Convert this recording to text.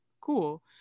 cool